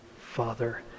Father